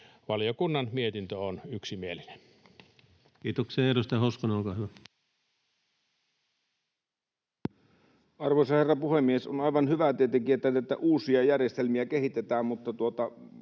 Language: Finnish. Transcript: Valiokunnan mietintö on yksimielinen. Kiitoksia. — Edustaja Hoskonen, olkaa hyvä. Arvoisa herra puhemies! On aivan hyvä tietenkin, että näitä uusia järjestelmiä kehitetään, mutta